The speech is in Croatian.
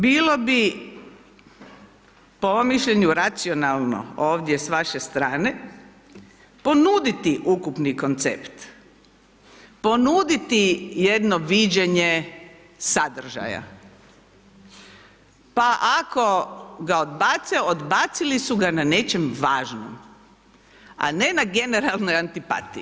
Znači bilo bi po mom mišljenju racionalno ovdje s vaše strane ponuditi ukupni koncept, ponuditi jedno viđenje sadržaja pa ako ga odbace, odbacili su ga na nečem važnom a ne na generalnoj antipatiji.